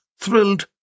Thrilled